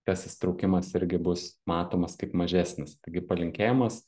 tas įsitraukimas irgi bus matomas kaip mažesnis taigi palinkėjimas